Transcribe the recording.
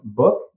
book